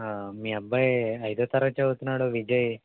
మీ అబ్బాయి అయిదో తరగతి చదువుతున్నాడు విజయ్